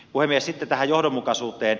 sitten tähän johdonmukaisuuteen